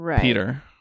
Peter